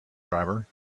driver